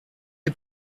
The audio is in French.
est